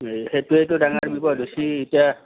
অঁ সেইটোৱেতো ডাঙৰ বিপদ হৈছে এতিয়া